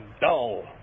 dull